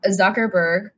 Zuckerberg